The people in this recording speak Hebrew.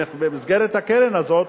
במסגרת הקרן הזאת,